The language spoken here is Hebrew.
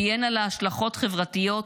תהיינה לה השלכות חברתיות,